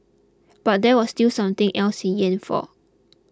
but there was still something else he yearned for